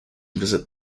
visit